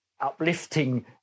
uplifting